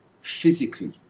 physically